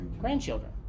grandchildren